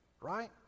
Right